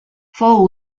fou